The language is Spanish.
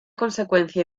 consecuencia